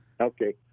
Okay